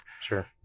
Sure